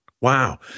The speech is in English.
Wow